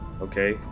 okay